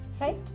Right